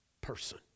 person